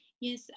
Yes